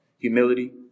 humility